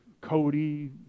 Cody